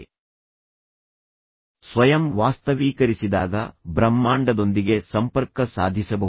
ಆದ್ದರಿಂದ ಅವರು ಸ್ವಯಂ ವಾಸ್ತವೀಕರಿಸಿದಾಗ ಬ್ರಹ್ಮಾಂಡದೊಂದಿಗೆ ಸಂಪರ್ಕ ಸಾಧಿಸಬಹುದು